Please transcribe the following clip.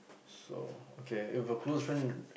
so okay if a close friend